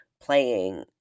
playing